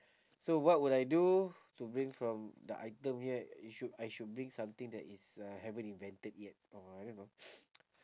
so what would I do to bring from the item here it should I should bring something that is uh haven't invented yet or you know